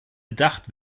bedacht